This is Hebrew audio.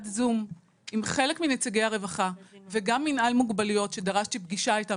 זום עם חלק מנציגי הרווחה וגם מינהל מוגבלויות שדרשתי פגישה איתם.